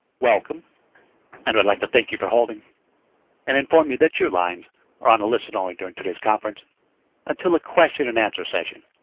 welcome and i'd like to thank you for holding and inform you that your lines are on a listen-only during today's conference until the question and answer session.